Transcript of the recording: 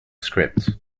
script